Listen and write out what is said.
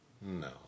No